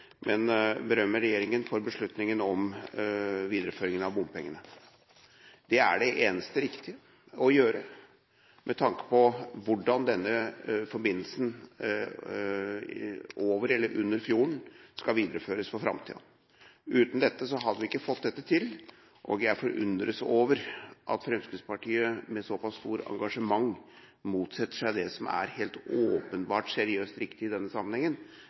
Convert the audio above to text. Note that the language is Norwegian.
men jeg vil bare kort berømme regjeringen for beslutningen om videreføring av bompengene. Det er det eneste riktige å gjøre med tanke på hvordan denne forbindelsen over eller under fjorden skal videreføres for framtiden. Uten dette hadde vi ikke fått det til. Jeg forundres over at Fremskrittspartiet med såpass stort engasjement motsetter seg det som er åpenbart riktig i denne sammenhengen,